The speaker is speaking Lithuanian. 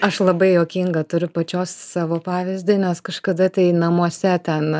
aš labai juokingą turiu pačios savo pavyzdį nes kažkada tai namuose ten